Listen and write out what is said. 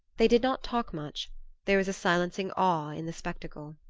they did not talk much there was a silencing awe in the spectacle.